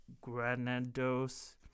Granados